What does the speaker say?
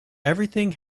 everything